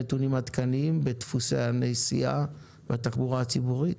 נתונים עדכניים בדפוסי הנסיעה בתחבורה הציבורית?